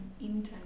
intern